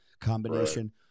combination